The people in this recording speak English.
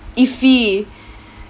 iffy